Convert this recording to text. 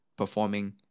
performing